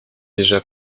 deja